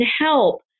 help